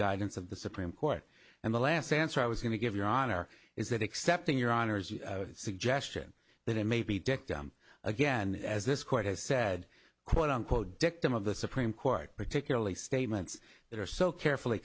guidance of the supreme court and the last answer i was going to give your honor is that accepting your honour's suggestion that it may be dictum again as this court has said quote unquote dictum of the supreme court particularly statements that are so carefully